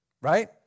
right